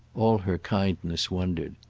all her kindness wondered.